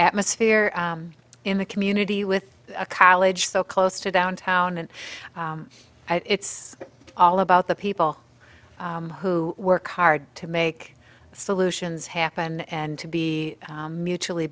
atmosphere in the community with a college so close to downtown and it's all about the people who work hard to make solutions happen and to be mutually